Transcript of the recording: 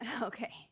okay